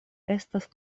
estas